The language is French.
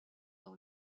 dans